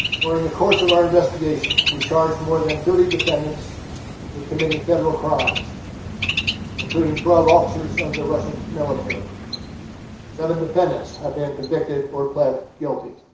during the course of our investigation we charge more than thirty defendants with committing federal crimes including twelve officers of the russian military seven defendants have been convicted or pled guilty